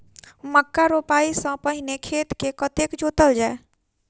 मक्का रोपाइ सँ पहिने खेत केँ कतेक जोतल जाए?